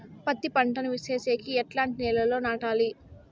పత్తి పంట ను సేసేకి ఎట్లాంటి నేలలో నాటాలి?